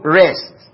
rest